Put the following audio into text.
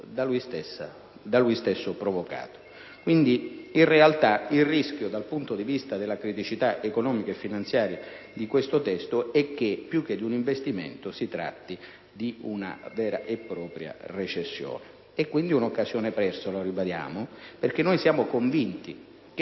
da lui stesso provocata. In realtà, dal punto di vista della criticità economico e finanziaria, il rischio di questo testo è che più che di un investimento si tratta di una vera e propria recessione. È, quindi, un'occasione persa - lo ribadiamo - perché siamo convinti che